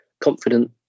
confident